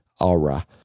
aura